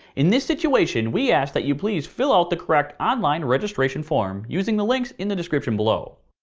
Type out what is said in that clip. in this situation, we ask that you please fill out the correct online registration form using the links in the description below.